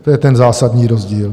To je ten zásadní rozdíl.